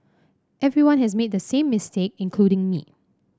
everyone has made the same mistake including me